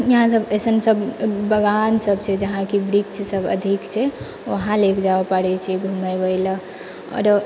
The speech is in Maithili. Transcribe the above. यहाँसब अइसनसब बगानसब छै जहांँकि वृक्ष सब अधिक छै वहाँ लेके जाबै पड़ै छै घुमाबैलए आओर